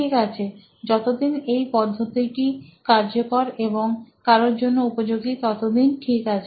ঠিক আছে যতদিন এই পদ্ধতিটি কার্যকর এবং কারোর জন্য উপযোগী ততদিন ঠিক আছে